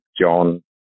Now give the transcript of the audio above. John